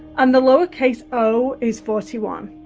and the lower case o is forty one